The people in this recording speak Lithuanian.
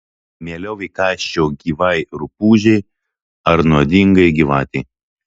mieliau įkąsčiau gyvai rupūžei ar nuodingai gyvatei